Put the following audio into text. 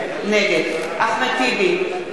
נגד אחמד טיבי,